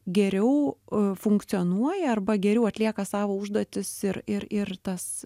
geriau funkcionuoja arba geriau atlieka savo užduotis ir ir ir tas